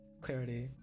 clarity